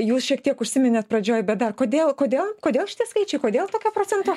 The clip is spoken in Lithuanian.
jūs šiek tiek užsiminėt pradžioj bet dar kodėl kodėl kodėl šitie skaičiai kodėl tokio procento